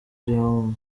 gihome